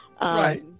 Right